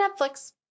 Netflix